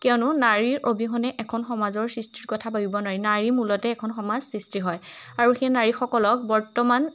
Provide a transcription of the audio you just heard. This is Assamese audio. কিয়নো নাৰীৰ অবিহনে এখন সমাজৰ সৃষ্টিৰ কথা পাব নোৱাৰি নাৰীৰ মূলতে এখন সমাজ সৃষ্টি হয় আৰু সেই নাৰীসকলক বৰ্তমান